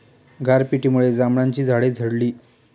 गारपिटीमुळे जांभळाची झाडे झडली